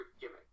gimmick